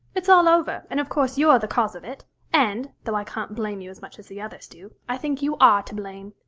it's all over, and of course you're the cause of it and, though i can't blame you as much as the others do, i think you are to blame.